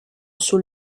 sul